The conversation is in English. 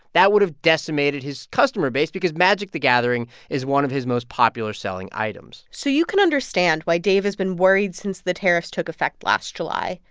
that would've decimated his customer base because magic the gathering is one of his most popular-selling items so you can understand why dave has been worried since the tariffs took effect last july.